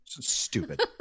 stupid